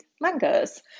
mangoes